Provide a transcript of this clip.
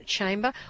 Chamber